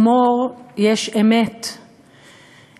בהומור, מין צורת ביטוי שכזו.